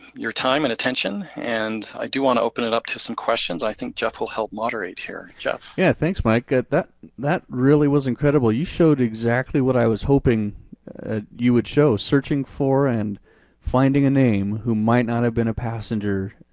your time and attention, and i do want to open it up to some questions. i think geoff will help moderate here, geoff. yeah, thanks mike. that that really was incredible, you showed exactly what i was hoping you would show. searching for and finding a name who might not have been a passenger,